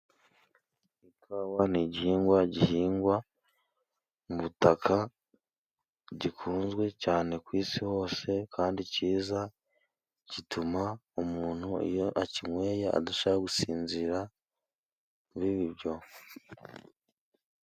Ikawa ni igihingwa gihingwa mu butaka gikunzwe cyane ku isi hose; kandi cyiza. Gituma umuntu iyo akinyweye adashaka gusinzira, bibi ibyo...